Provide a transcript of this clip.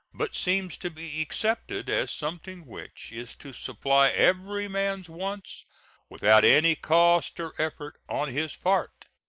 but seems to be accepted as something which is to supply every man's wants without any cost or effort on his part.